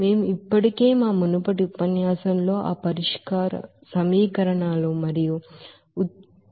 మేము ఇప్పటికే మా మునుపటి ఉపన్యాసాలలో ఆ ఈక్వేషన్స్ సమీకరణాలు మరియు డెరివేషన్స్ఉత్పన్నాలను వివరించాము